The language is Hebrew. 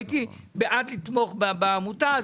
הייתי בעד לתמוך בעמותה.